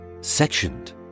sectioned